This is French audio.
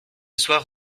soir